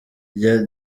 rya